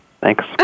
Thanks